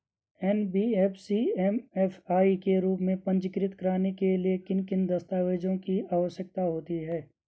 NBFC MFI के रूप में पंजीकृत कराने के लिए किन किन दस्तावेज़ों की आवश्यकता होती है?